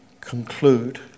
conclude